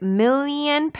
million